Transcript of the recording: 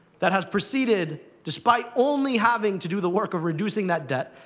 that has proceeded, despite only having to do the work of reducing that debt,